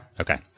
Okay